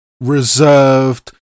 reserved